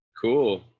cool